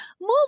move